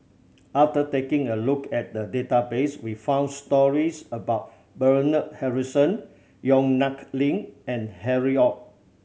after taking a look at the database we found stories about Bernard Harrison Yong Nyuk Lin and Harry Ord